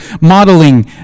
modeling